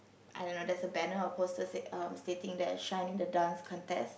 I don't know there's a banner or poster say um stating there shine in the Dance Contest